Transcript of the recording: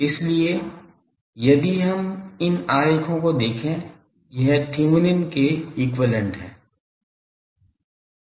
इसलिए यदि हम इन आरेखों को देखें यह थेवेनिन Thevenin's के समतुल्य हैं